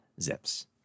Zips